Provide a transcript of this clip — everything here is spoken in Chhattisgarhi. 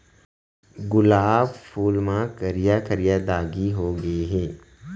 गुलाब फूल म करिया करिया दागी हो गय हे